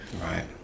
Right